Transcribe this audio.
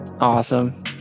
Awesome